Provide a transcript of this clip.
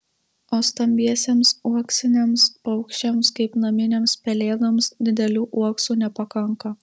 o stambiesiems uoksiniams paukščiams kaip naminėms pelėdoms didelių uoksų nepakanka